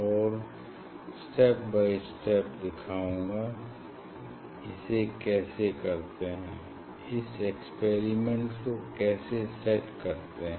और step by step मैं दिखाऊंगा इसे कैसे करते हैं इस एक्सपेरिमेंट को कैसे सेट करते हैं